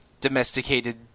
domesticated